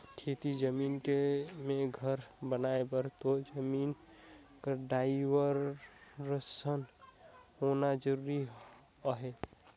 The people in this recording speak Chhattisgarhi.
खेती जमीन मे घर बनाए बर तोर जमीन कर डाइवरसन होना जरूरी अहे